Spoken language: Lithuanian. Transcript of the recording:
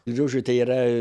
grožio tai yra